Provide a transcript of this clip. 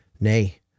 Nay